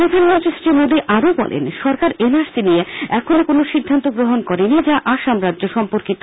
প্রধানমন্ত্রী শ্রী মোদি আরও বলেন সরকার এন আর সি নিয়ে এখনও কোনো সিদ্ধান্ত গ্রহণ করেনি যা আসাম রাজ্য সম্পর্কিত